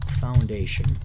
Foundation